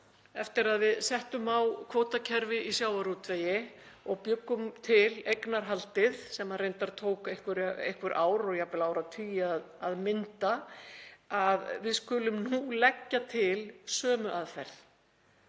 eftir að við settum á kvótakerfi í sjávarútvegi og bjuggum til eignarhaldið sem reyndar tók einhver ár og jafnvel áratugi að mynda, leggja til sömu aðferð